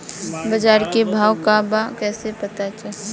बाजार के भाव का बा कईसे पता चली?